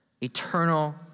eternal